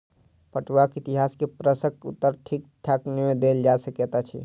पटुआक इतिहास के प्रश्नक उत्तर ठीक ठीक नै देल जा सकैत अछि